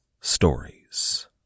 stories